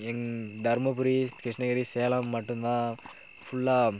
தருமபுரி கிருஷ்ணகிரி சேலம் மட்டும்தான் ஃபுல்லாக